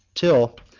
till,